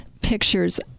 pictures